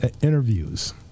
interviews